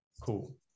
Cool